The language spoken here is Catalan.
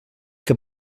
que